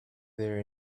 their